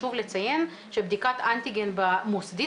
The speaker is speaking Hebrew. חשוב לציין שבדיקת אנטיגן מוסדית,